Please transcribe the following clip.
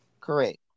Correct